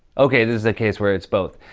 okay, this is a case where it's both.